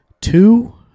Two